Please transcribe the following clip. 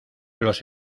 los